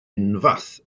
unfath